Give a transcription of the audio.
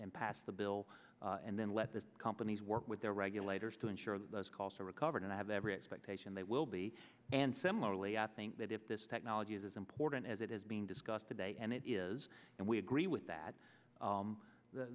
and pass the bill and then let the companies work with their regulators to ensure that those costs are recovered and i have every expectation they will be and similarly i think that if this technology is as important as it is being discussed today and it is and we agree with that the the